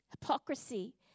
Hypocrisy